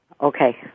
Okay